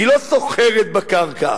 היא לא סוחרת בקרקע,